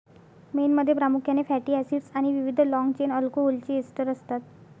मेणमध्ये प्रामुख्याने fatty acids आणि विविध लाँग चेन अल्कोहोलचे एस्टर असतात